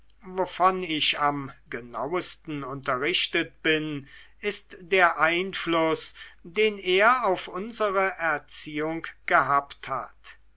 wovon ich am genauesten unterrichtet bin ist der einfluß den er auf unsere erziehung gehabt hat